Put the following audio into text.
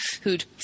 who'd